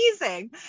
amazing